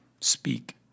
speak